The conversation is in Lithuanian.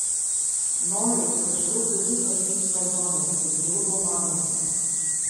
noriu kad žlugtų visos jų svajonės kaip žlugo manosios